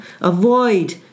Avoid